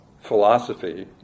philosophy